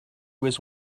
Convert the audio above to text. was